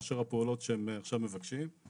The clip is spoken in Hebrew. מאשר הפעולות שהם עכשיו מבקשים.